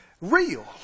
real